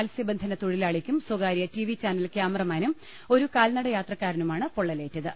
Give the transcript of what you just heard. മത്സ്യബ ന്ധന തൊഴിലാളിക്കും സ്വകാര്യ ടിവി ചാനൽ ക്യാമറാമാനും ഒരു കാൽനട യാത്രക്കാരനുമാണ് പൊള്ളലേറ്റത്